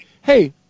hey